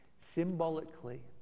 Symbolically